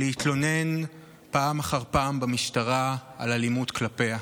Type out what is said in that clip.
להתלונן פעם אחר פעם במשטרה על אלימות כלפיה,